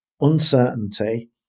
uncertainty